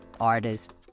artists